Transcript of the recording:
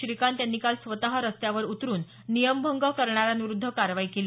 श्रीकांत यांनी काल स्वतः रस्त्यावर उतरुन नियमभंग करणाऱ्यांविरूद्ध कारवाई केली